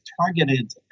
targeted